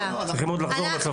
נעולה.